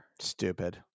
Stupid